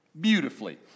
beautifully